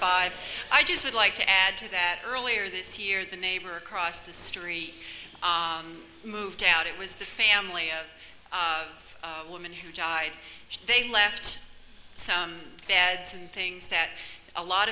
five i just would like to add to that earlier this year the neighbor across the street moved out it was the family of women who died they left beds and things that a lot